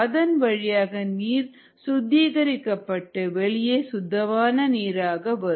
அதன் வழியாக நீர் சுத்திகரிக்கப்பட்டு வெளியே சுத்தமான நீராக வரும்